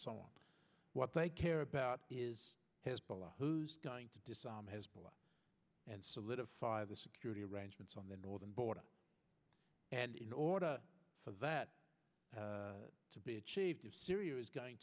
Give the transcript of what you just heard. what they care about is hezbollah who's going to disarm hezbollah and solidify the security arrangements on the northern border and in order for that to be achieved if syria is going